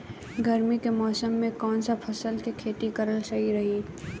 गर्मी के मौषम मे कौन सा फसल के खेती करल सही रही?